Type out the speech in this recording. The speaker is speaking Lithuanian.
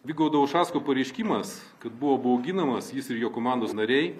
vygaudo ušacko pareiškimas kad buvo bauginamas jis ir jo komandos nariai